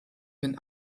wenn